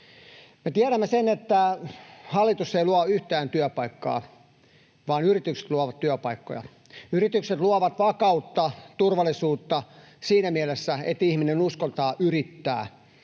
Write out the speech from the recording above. Me tiedämme sen, että hallitus ei luo yhtään työpaikkaa, vaan yritykset luovat työpaikkoja. Yritykset luovat vakautta, turvallisuutta, siinä mielessä, että ihminen uskaltaa yrittää.